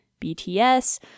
BTS